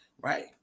right